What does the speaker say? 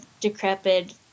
decrepit